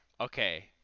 Okay